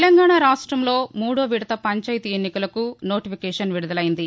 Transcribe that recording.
తెలంగాణ రాష్టంలో మూడో విదత పంచాయతీ ఎన్నికలకు నోటిఫికేషన్ విదుదలైంది